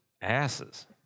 Asses